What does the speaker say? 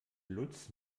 lutz